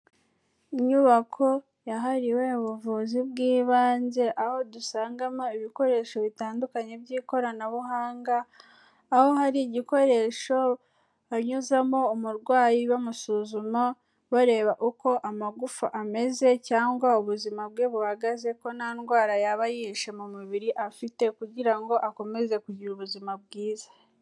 Inyubako yahariwe ubuvuzi bw'ibanze, aho dusangagamo ibikoresho bitandukanye by'ikoranabuhanga, aho hari igikoresho banyuzamo umurwayi bamusuzuma, bareba uko amagufa ameze, cyangwa ubuzima bwe buhagaze, ko nta ndwara yaba yihishe mu mubiri afite, kugira ngo akomeze kugira ubuzima bwiza.